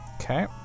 Okay